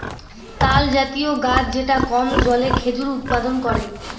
তালজাতীয় গাছ যেটা কম জলে খেজুর উৎপাদন করে